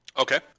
Okay